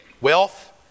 Wealth